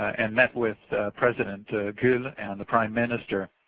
and met with president and the prime minister